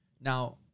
now